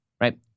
right